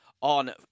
on